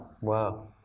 Wow